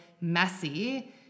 messy